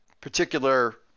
particular